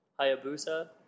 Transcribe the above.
Hayabusa